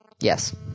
Yes